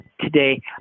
today